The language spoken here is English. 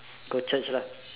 go Church lah